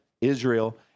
Israel